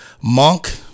Monk